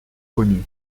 connu